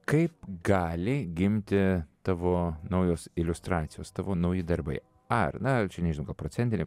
kaip gali gimti tavo naujos iliustracijos tavo nauji darbai ar na čia nežinau gal procentine